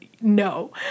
No